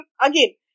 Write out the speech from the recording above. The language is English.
again